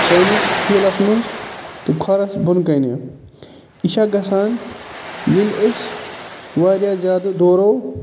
سٲنِس ہیٖلَس منٛز تہٕ کھۄرَس بۄنہٕ کَنہِ یہِ چھےٚ گژھان ییٚلہِ أسۍ واریاہ زیادٕ دورَو